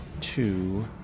two